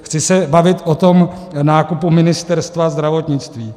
Chci se bavit o tom nákupu Ministerstva zdravotnictví.